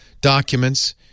documents